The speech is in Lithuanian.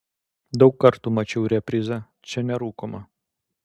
daug kartų mačiau reprizą čia nerūkoma